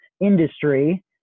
industry